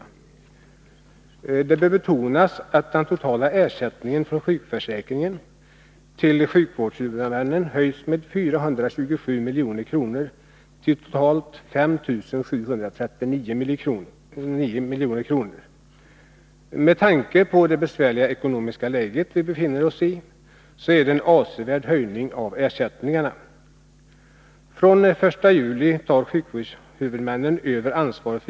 Det bör betonas att den totala ersättningen från sjukförsäkringen till sjukvårdshuvudmännen höjs med 427 milj.kr. till totalt 5 739 milj.kr. Med tanke på det besvärliga ekonomiska läge vi befinner oss i är det en avsevärd höjning av ersättningarna.